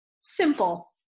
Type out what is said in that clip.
simple